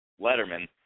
Letterman